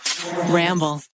Ramble